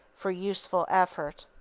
for useful effort.